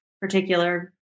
particular